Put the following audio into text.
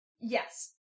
Yes